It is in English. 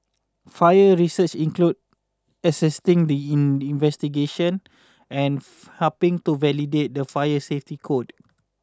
fire research includes assisting in investigation and helping to validate the fire safety code